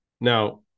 now